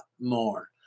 more